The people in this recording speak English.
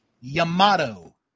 Yamato